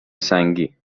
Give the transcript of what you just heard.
سنگی